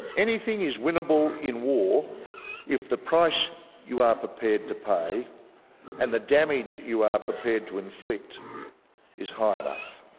anything is winnable in war if the price you are prepared to pay and the damage you are prepared to inflict is high enough.